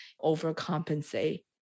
overcompensate